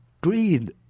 Greed